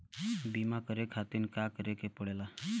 बीमा करे खातिर का करे के पड़ेला?